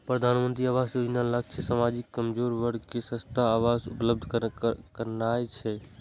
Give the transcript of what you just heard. प्रधानमंत्री आवास योजनाक लक्ष्य समाजक कमजोर वर्ग कें सस्ता आवास उपलब्ध करेनाय छै